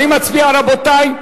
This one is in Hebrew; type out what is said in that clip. אני מצביע, רבותי,